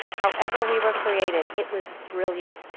however we were created, it was brilliant.